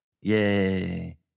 Yay